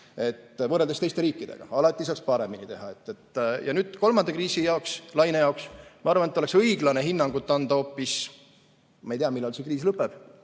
võrreldes teiste riikidega. Alati saaks paremini teha. Nüüd kolmandale kriisilainele, ma arvan, oleks õiglane hinnangut anda hoopis – ma ei tea, millal see kriis lõpeb,